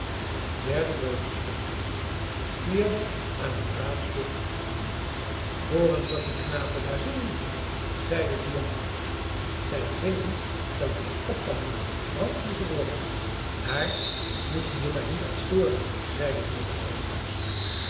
het derde doodgestoken het vierde aan t braadspit gloeit hoor eens wat die knapen daar zingen zeiden de jongen zij zingen dat wij opgehangen en verbrand moeten worden daar moet je je maar niet aan storen zei de moeder der ooievaars